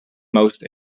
most